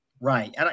Right